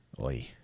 Oi